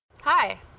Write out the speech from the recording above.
hi